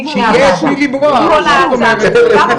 כולי תקווה